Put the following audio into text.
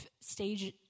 stage